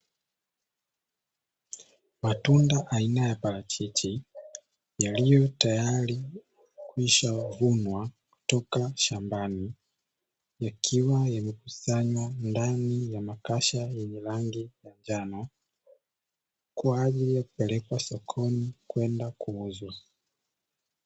Matunda aina ya parachichi yaliyo tayari kwisha vunwa toka shambani, yakiwa yamekusanywa ndani ya makasha yenye rangi ya njano kwajili ya kupelekwa sokoni kwenda kuuzwa.